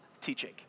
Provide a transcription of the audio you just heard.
teaching